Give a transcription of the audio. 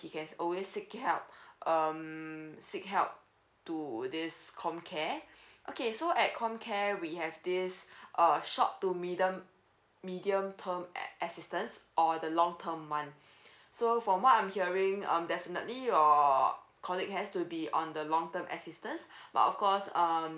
he can always seeking help um seek help to this com care okay so at com care we have this err short to medium medium term assistance or the long term one so from what I'm hearing um definitely your colleague has to be on the long term assistance but of course um